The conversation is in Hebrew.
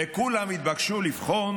וכולם התבקשו לבחון